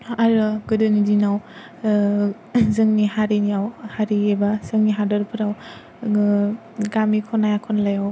आरो गोदोनि दिनाव जोंनि हारियाव हारि एबा जोंनि हादरफोराव गो गामि खना खनलायाव